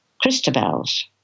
Christabel's